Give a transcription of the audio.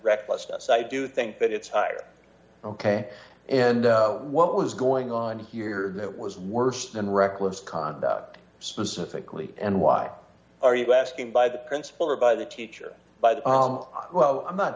recklessness i do think that it's higher ok and what was going on here it was worse than reckless conduct specifically and why are you asking by the principal or by the teacher by the i'm not